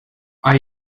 are